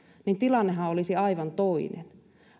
niin tilannehan olisi aivan toinen